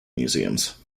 museums